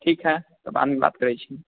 ठीक है तऽ बादमे बात करै छी